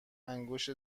انگشت